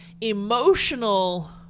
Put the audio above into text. emotional